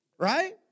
right